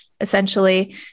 essentially